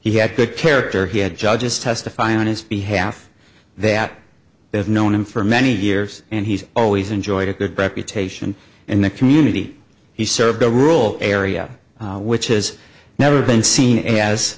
he had good character he had judges testify on his behalf that they've known him for many years and he's always enjoyed a good reputation in the community he served a rule area which has never been seen as